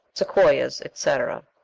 sequoias, etc.